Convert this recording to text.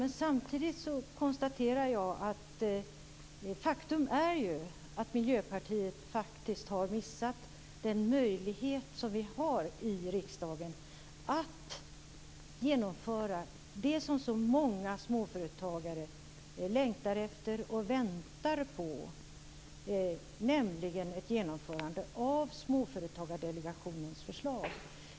Men Miljöpartiet har ju faktiskt missat den möjlighet som vi har i riksdagen att genomföra det som så många småföretagare längtar efter och väntar på, nämligen ett genomförande av Småföretagsdelegationens förslag.